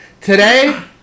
Today